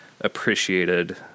appreciated